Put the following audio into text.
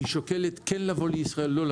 והיא שוקלת אם לבוא לישראל או לא.